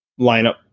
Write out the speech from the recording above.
lineup